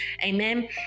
amen